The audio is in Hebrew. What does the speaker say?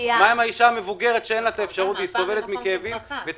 מה עם האישה המבוגרת שסובלת מכאבים ואין לה אפשרות לנסוע?